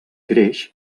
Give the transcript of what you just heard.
greix